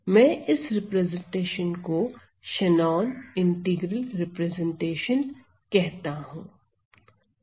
मैं इस रिप्रेजेंटेशन को शेनॉन इंटीग्रल रिप्रेजेंटेशन कहता हूं